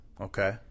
Okay